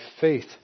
faith